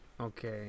Okay